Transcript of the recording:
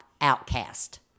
outcast